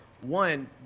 one